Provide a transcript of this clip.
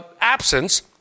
absence